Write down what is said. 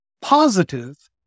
positive